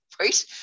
Right